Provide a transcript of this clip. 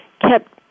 kept